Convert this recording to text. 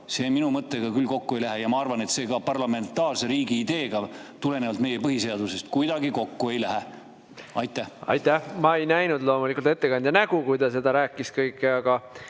See minu mõttega küll kokku ei lähe ja ma arvan, et see ka parlamentaarse riigi ideega tulenevalt meie põhiseadusest kuidagi kokku ei lähe. Aitäh! Ma ei näinud loomulikult ettekandja nägu, kui ta seda kõike